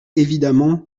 évidemment